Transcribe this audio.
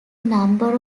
number